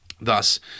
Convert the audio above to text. Thus